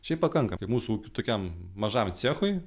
šiaip pakanka kaip mūsų tokiam mažam cechui